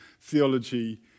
theology